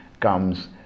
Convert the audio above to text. comes